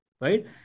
right